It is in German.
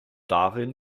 darin